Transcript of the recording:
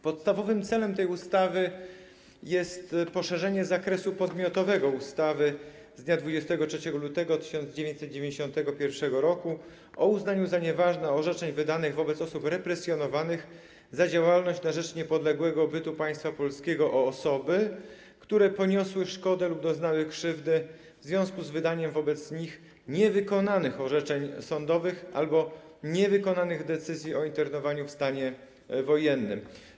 Podstawowym celem tej ustawy jest poszerzenie zakresu podmiotowego ustawy z dnia 23 lutego 1991 r. o uznaniu za nieważne orzeczeń wydanych wobec osób represjonowanych za działalność na rzecz niepodległego bytu Państwa Polskiego o osoby, które poniosły szkodę lub doznały krzywdy w związku z wydaniem wobec nich niewykonanych orzeczeń sądowych albo niewykonanych decyzji o internowaniu w stanie wojennym.